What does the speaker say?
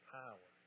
power